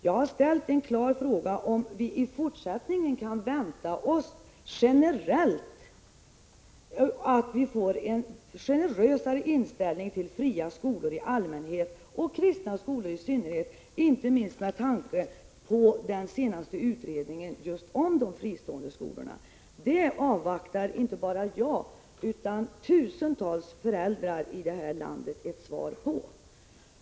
Jag har ställt en klar fråga, om vi i fortsättningen kan vänta oss en generellt generösare inställning till fria skolor i allmänhet och kristna skolor i synnerhet, inte minst med tanke på den senaste utredningen om just de fristående skolorna. Det avvaktar inte bara jag utan tusentals föräldrar här i landet ett svar på.